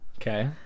okay